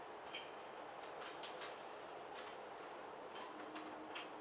okay